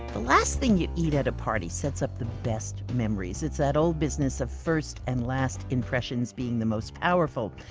the last thing you eat at a party sets up the best memories. it's that old business of first and last impressions being the most powerful.